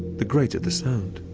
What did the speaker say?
the greater the sound.